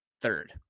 third